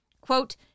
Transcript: Quote